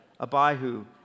Abihu